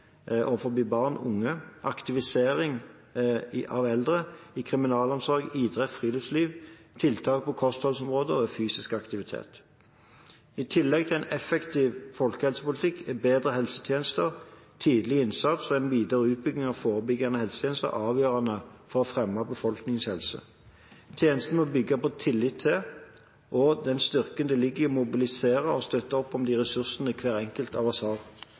barn og unge, i aktivisering av eldre, i kriminalomsorg, idrett, friluftsliv, tiltak på kostholdsområdet og fysisk aktivitet. I tillegg til en effektiv folkehelsepolitikk er bedre helsetjenester, tidlig innsats og en videre utbygging av forebyggende helsetjenester avgjørende for å fremme befolkningens helse. Tjenestene må bygge på tillit til og den styrken det ligger i å mobilisere og støtte opp om de ressursene hver enkelt